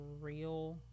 real